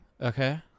Okay